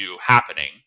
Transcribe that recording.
happening